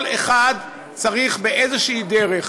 כל אחד צריך באיזושהי דרך,